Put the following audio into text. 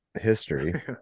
history